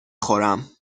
خورم